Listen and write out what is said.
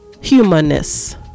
humanness